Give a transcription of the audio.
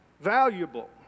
Valuable